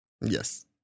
Yes